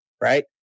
right